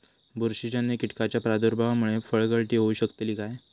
बुरशीजन्य कीटकाच्या प्रादुर्भावामूळे फळगळती होऊ शकतली काय?